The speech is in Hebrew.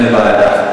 אין בעיה.